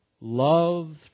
loved